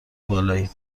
بالاییم